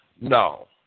No